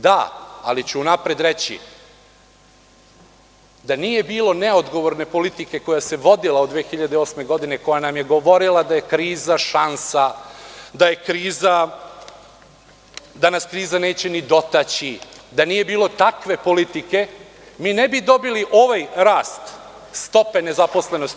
Da, ali ću unapred reći da nije bilo neodgovorne politike koja se vodila od 2008. godine, koja nam je govorila da je kriza šansa, da nas kriza neće ni dotaći, da nije bilo takve politike, mi ne bi dobili ovaj rast stope nezaposlenosti.